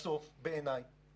אבל בסוף, בעיניי